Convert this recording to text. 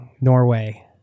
Norway